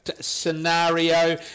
scenario